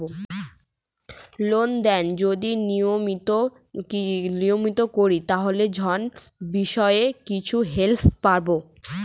Lane দেন যদি নিয়মিত করি তাহলে ঋণ বিষয়ে কিছু হেল্প পাবো?